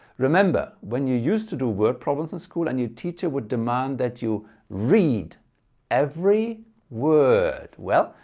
remember, when you used to do word problems in school and your teacher would demand that you read every word. well,